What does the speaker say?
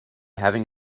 having